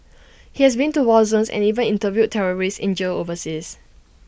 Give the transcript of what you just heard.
he has been to war zones and even interviewed terrorists in jails overseas